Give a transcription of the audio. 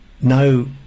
no